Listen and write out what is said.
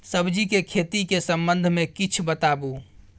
सब्जी के खेती के संबंध मे किछ बताबू?